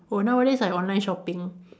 oh nowadays I online shopping